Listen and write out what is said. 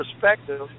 perspective